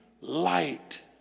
light